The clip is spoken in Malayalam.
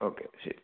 ഓക്കെ ശരി